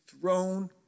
throne